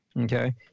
Okay